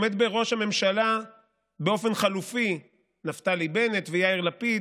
עומדים בראש הממשלה באופן חלופי נפתלי בנט ויאיר לפיד,